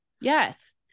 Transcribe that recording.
Yes